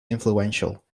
influential